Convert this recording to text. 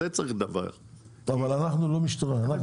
אבל אנחנו לא משטרה.